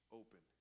open